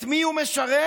את מי הוא משרת,